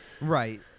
Right